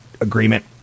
agreement